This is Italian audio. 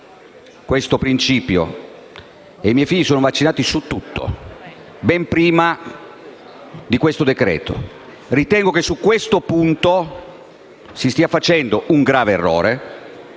questo principio e, infatti, sono vaccinati su tutto, ben prima di questo decreto-legge. Ritengo che su questo punto si stia commettendo un grave errore: